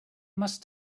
must